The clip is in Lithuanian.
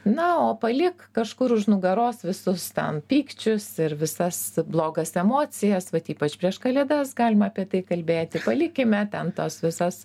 na o palik kažkur už nugaros visus ten pykčius ir visas blogas emocijas vat ypač prieš kalėdas galima apie tai kalbėti palikime ten tas visas